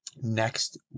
next